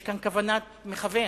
יש כאן כוונת מכוון.